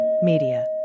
media